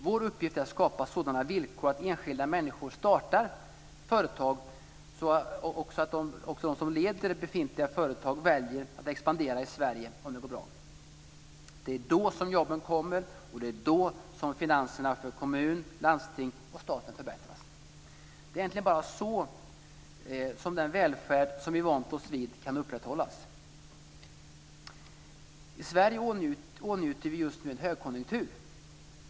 Vår uppgift är att skapa sådana villkor att enskilda människor startar företag och så att de som leder befintliga företag väljer att expandera i Sverige om de går bra. Det är då som jobben kommer, och det är då som finanserna för kommunerna, landstingen och staten förbättras. Det är egentligen bara så den välfärd som vi vant oss vid kan upprätthållas. I Sverige åtnjuter vi just nu en högkonjunktur.